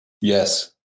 Yes